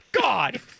God